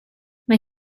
mae